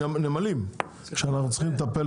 הנמלים, שאנחנו צריכים לטפל.